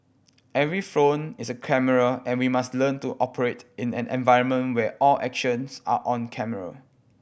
every phone is a camera and we must learn to operate in an environment where all actions are on camera